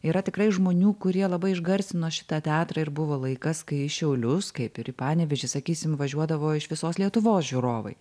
yra tikrai žmonių kurie labai išgarsino šitą teatrą ir buvo laikas kai į šiaulius kaip ir į panevėžį sakysim važiuodavo iš visos lietuvos žiūrovai